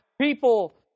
people